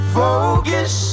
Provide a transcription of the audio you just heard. focus